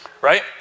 Right